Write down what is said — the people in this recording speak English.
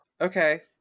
Okay